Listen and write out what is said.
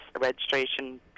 registration